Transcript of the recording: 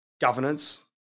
governance